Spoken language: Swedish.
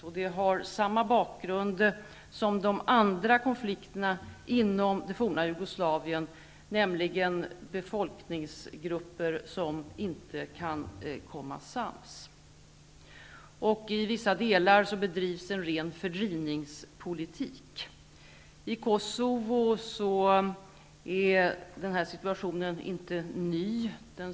Konflikten i Kosovo har samma bakgrund som de andra konflikterna inom det forna Jugoslavien, nämligen befolkningsgrupper som inte kan komma sams. I vissa delar bedrivs en ren fördrivningspolitik. Den här situation är inte ny i Kosovo.